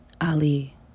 Ali